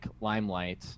limelight